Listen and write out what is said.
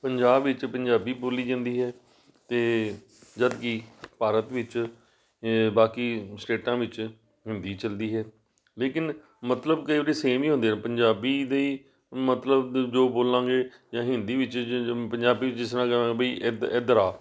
ਪੰਜਾਬ ਵਿੱਚ ਪੰਜਾਬੀ ਬੋਲੀ ਜਾਂਦੀ ਹੈ ਅਤੇ ਜਦਕਿ ਭਾਰਤ ਵਿੱਚ ਬਾਕੀ ਸਟੇਟਾਂ ਵਿੱਚ ਹਿੰਦੀ ਚੱਲਦੀ ਹੈ ਲੇਕਿਨ ਮਤਲਬ ਕਈ ਵਾਰੀ ਸੇਮ ਹੀ ਹੁੰਦੇ ਪੰਜਾਬੀ ਦੇ ਹੀ ਮਤਲਬ ਜੋ ਬੋਲਾਂਗੇ ਜਾਂ ਹਿੰਦੀ ਵਿੱਚ ਪੰਜਾਬੀ ਜਿਸ ਤਰ੍ਹਾਂ ਕਹਾਂਗੇ ਬਈ ਇਧ ਇੱਧਰ ਆ